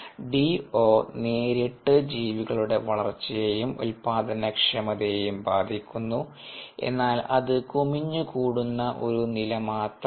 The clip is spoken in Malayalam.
ഡിഒ നേരിട്ട് ജീവികളുടെ വളർച്ചയേയും ഉൽപ്പാദനക്ഷമതയെയും ബാധിക്കുന്നു എന്നാൽ അത് കുമിഞ്ഞുകൂടുന്ന ഒരു നില മാത്രമാണ്